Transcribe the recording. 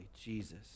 Jesus